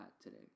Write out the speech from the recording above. today